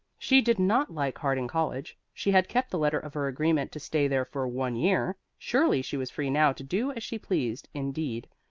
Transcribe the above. she did not like harding college she had kept the letter of her agreement to stay there for one year surely she was free now to do as she pleased indeed,